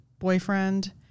boyfriend